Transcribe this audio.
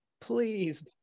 please